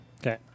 Okay